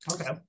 Okay